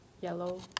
yellow